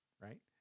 right